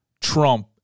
Trump